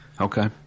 Okay